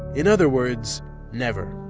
in other words never.